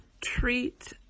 treat